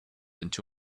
into